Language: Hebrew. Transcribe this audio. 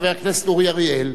חבר הכנסת אורי אריאל.